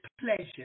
pleasure